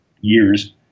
years